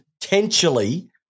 potentially